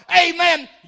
amen